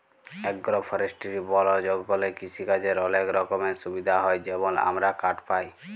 agro forestry বল জঙ্গলে কিসিকাজের অলেক রকমের সুবিধা হ্যয় যেমল আমরা কাঠ পায়